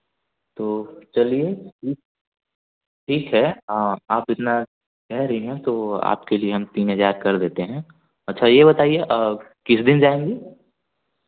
तो चलिए तो ठीक है आप इतना कह रही हैं तो आपके लिए हम तीन हज़ार कर देते हैं अच्छा यह बताइए किस दिन जाएँगी